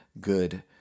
Good